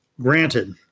Granted